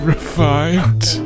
Refined